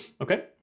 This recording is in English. Okay